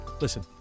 Listen